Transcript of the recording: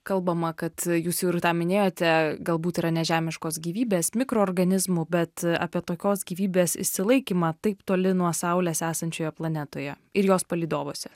kalbama kad jūs jau ir tą minėjote galbūt yra nežemiškos gyvybės mikroorganizmų bet apie tokios gyvybės išsilaikymą taip toli nuo saulės esančioje planetoje ir jos palydovuose